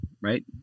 right